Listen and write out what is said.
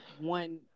one